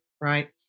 right